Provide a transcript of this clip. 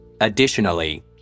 Additionally